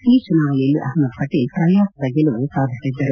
ಈ ಚುನಾವಣೆಯಲ್ಲಿ ಅಹಮದ್ ಪಟೇಲ್ ಪ್ರಯಾಸದ ಗೆಲುವು ಸಾಧಿಸಿದ್ದರು